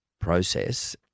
process